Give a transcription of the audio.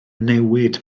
newid